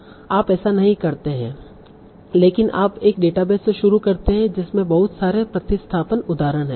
आप ऐसा नहीं करते हैं लेकिन आप एक डेटाबेस से शुरू करते हैं जिसमें बहुत सारे प्रतिस्थापन उदाहरण हैं